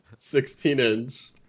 16-inch